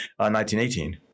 1918